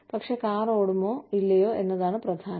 പക്ഷേ കാർ ഓടുമോ ഇല്ലയോ എന്നതാണ് പ്രധാനം